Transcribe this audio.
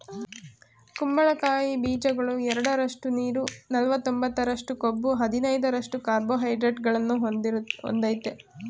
ಕುಂಬಳಕಾಯಿ ಬೀಜಗಳು ಎರಡರಷ್ಟು ನೀರು ನಲವತ್ತೊಂಬತ್ತರಷ್ಟು ಕೊಬ್ಬು ಹದಿನೈದರಷ್ಟು ಕಾರ್ಬೋಹೈಡ್ರೇಟ್ಗಳನ್ನು ಹೊಂದಯ್ತೆ